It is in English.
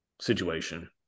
situation